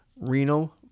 renal